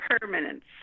permanence